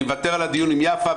אני מוותר על הדיון עם יפה,